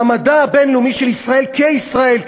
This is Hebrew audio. מעמדה הבין-לאומי של ישראל כישראל,